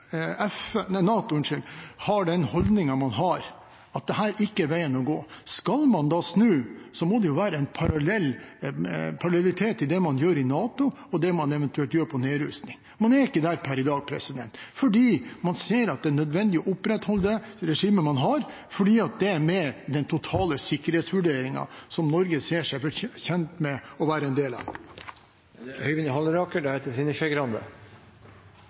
NATO har den holdningen man har, er dette ikke veien å gå. Skal man da snu, må det være en parallellitet i det man gjør i NATO, og det man eventuelt gjør for nedrustning. Man er ikke der per i dag, fordi man ser at det er nødvendig å opprettholde regimet man har, fordi det er med i den totale sikkerhetsvurderingen Norge ser seg tjent med å være en del av.